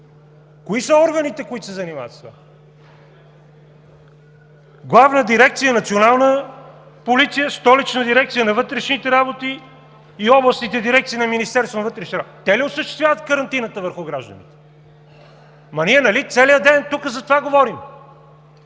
Кои са органите, които се занимават с това? Главна дирекция „Национална полиция, Столична дирекция на вътрешните работи и областните дирекции на Министерството на вътрешните работи – те ли осъществяват карантината върху гражданите? Ама ние нали целия ден тук за това говорим,